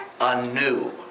anew